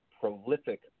prolific